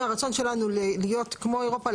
אם הרצון שלנו להיות כמו אירופה,